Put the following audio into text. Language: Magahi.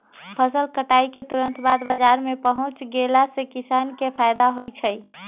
फसल कटाई के तुरत बाद बाजार में पहुच गेला से किसान के फायदा होई छई